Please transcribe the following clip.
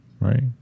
right